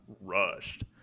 rushed